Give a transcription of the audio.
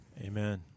Amen